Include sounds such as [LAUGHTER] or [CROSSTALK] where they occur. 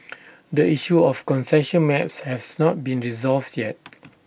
[NOISE] the issue of concession maps has not been resolved yet